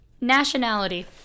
Nationality